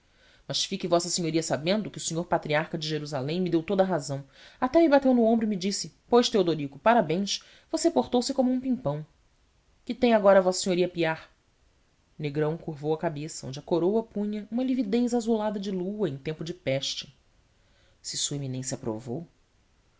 mas fique vossa senhoria sabendo que o senhor patriarca de jerusalém me deu toda a razão até me bateu no ombro e me disse pois teodorico parabéns você portou-se como um pimpão que tem agora vossa senhoria a piar negrão curvou a cabeça onde a coroa punha uma lividez azulada de lua em tempo de peste se sua eminência aprovou